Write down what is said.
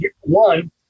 one